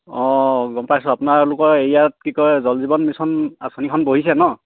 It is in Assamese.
অঁ গম পাইছোঁ আপোনালোকৰ এৰিয়াত কি কয় জল জীৱন মিছন আঁচনিখন বহিছে ন